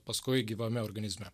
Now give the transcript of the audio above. paskui gyvame organizme